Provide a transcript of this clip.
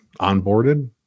onboarded